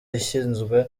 ishyizwe